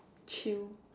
chill